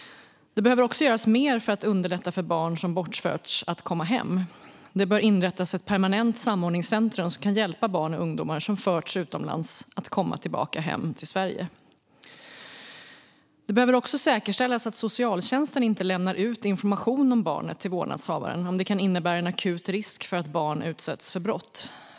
Det behöver också göras mer för att underlätta för barn som bortförts att komma hem. Det bör inrättas ett permanent samordningscentrum som kan hjälpa barn och ungdomar som förts utomlands att komma tillbaka hem till Sverige. Det behöver också säkerställas att socialtjänsten inte lämnar ut information om barnet till vårdnadshavaren om det kan innebära en akut risk för att barnet utsätts för brott.